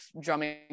drumming